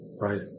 Right